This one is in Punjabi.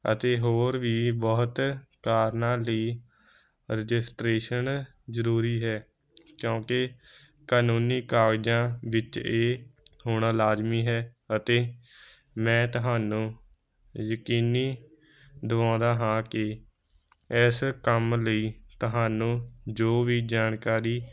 ਅਤੇ ਹੋਰ ਵੀ ਬਹੁਤ ਕਾਰਨਾਂ ਲਈ ਰਜਿਸਟਰੇਸ਼ਨ ਜ਼ਰੂਰੀ ਹੈ ਕਿਉਂਕਿ ਕਾਨੂੰਨੀ ਕਾਗਜਾਂ ਵਿੱਚ ਇਹ ਹੋਣਾ ਲਾਜ਼ਮੀ ਹੈ ਅਤੇ ਮੈਂ ਤੁਹਾਨੂੰ ਯਕੀਨ ਦਵਾਉਂਦਾ ਹੈ ਕਿ ਇਸ ਕੰਮ ਲਈ ਤੁਹਾਨੂੰ ਜੋ ਵੀ ਜਾਣਕਾਰੀ